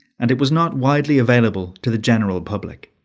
and it was not widely available to the general public.